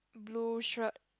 blue shirt